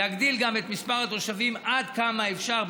להגדיל גם את מספר התושבים עד כמה שאפשר,